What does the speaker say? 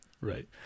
right